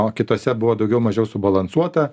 o kitose buvo daugiau mažiau subalansuota